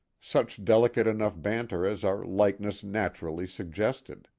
such delicate enough banter as our likeness naturally suggested.